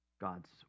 God's